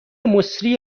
مسری